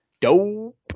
Dope